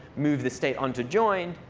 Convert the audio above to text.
move the state on to join.